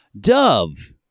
dove